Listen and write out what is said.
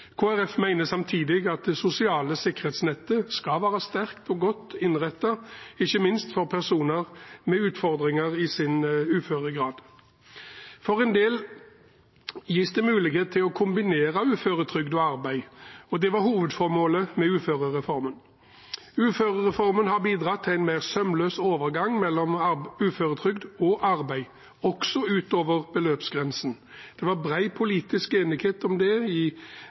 samtidig at det sosiale sikkerhetsnettet skal være sterkt og godt innrettet, ikke minst for personer med utfordringer i sin uføregrad. For en del gis det mulighet til å kombinere uføretrygd og arbeid. Det var hovedformålet med uførereformen. Uførereformen har bidratt til en mer sømløs overgang mellom uføretrygd og arbeid – også utover beløpsgrensen. Det var bred politisk enighet om det i